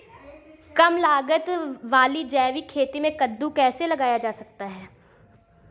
कम लागत वाली जैविक खेती में कद्दू कैसे लगाया जा सकता है?